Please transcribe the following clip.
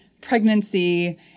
pregnancy